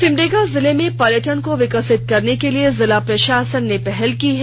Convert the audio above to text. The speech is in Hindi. सिमडेगा जिले में पर्यटन को विकसित करने के लिए जिला प्रशासन ने पहल की है